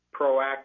proactive